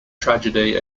tragedy